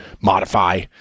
modify